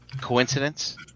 coincidence